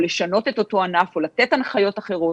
לשנות את אותו ענף או לתת הנחיות אחרות,